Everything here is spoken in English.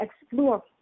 explore